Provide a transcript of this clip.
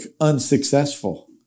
unsuccessful